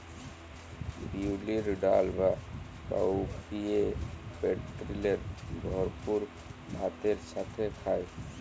বিউলির ডাল বা কাউপিএ প্রটিলের ভরপুর ভাতের সাথে খায়